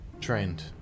trained